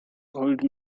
old